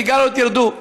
הסיגריות ירדו,